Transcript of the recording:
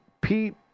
Pete